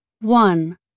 One